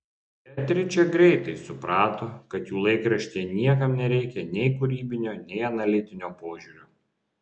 beatričė greitai suprato kad jų laikraštyje niekam nereikia nei kūrybinio nei analitinio požiūrio